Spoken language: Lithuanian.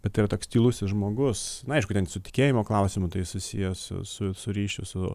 bet yra toks tylusis žmogus nu aišku ten su tikėjimo klausimu tai susiję su su su ryšiu su